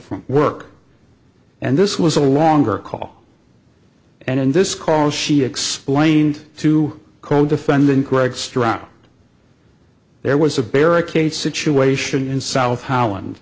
from work and this was a longer call and in this call she explained to codefendant greg stroud there was a barricade situation in south holland